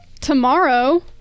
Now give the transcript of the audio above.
Tomorrow